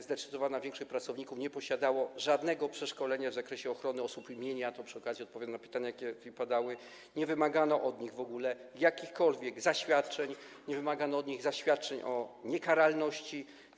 Zdecydowana większość pracowników nie posiadała żadnego przeszkolenia w zakresie ochrony osób i mienia - tu przy okazji odpowiem na pytania, jakie padały - nie wymagano od nich w ogóle jakichkolwiek zaświadczeń, np. nie wymagano od nich zaświadczeń o niekaralności.